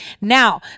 Now